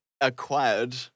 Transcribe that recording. acquired